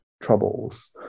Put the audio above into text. troubles